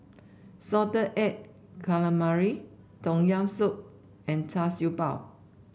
Salted Egg Calamari Tom Yam Soup and Char Siew Bao